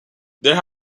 there